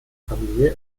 familie